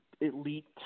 elite